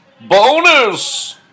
bonus